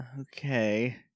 okay